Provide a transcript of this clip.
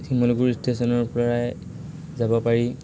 শিমলুগুৰি ষ্টেচনৰ পৰাই যাব পাৰি